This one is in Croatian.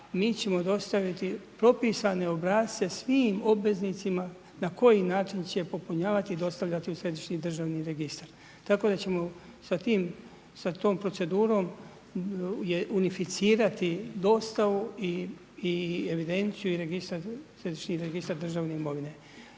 mi ćemo dostaviti propisane obrasce svim obveznicima, na koji način će popunjavati i dostavljati u središnji državni registar. Tako da ćemo sa tom procedurom unificirati dostavu i središnji registar državne imovine.